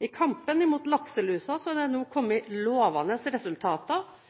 I kampen mot lakselusen er det nå kommet lovende resultater